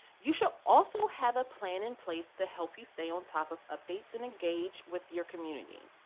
you should also have a plan in place to help you stay on top of updates and engage with your community.